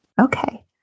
Okay